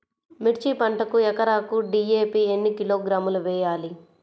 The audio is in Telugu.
మిర్చి పంటకు ఎకరాకు డీ.ఏ.పీ ఎన్ని కిలోగ్రాములు వేయాలి?